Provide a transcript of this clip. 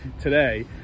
today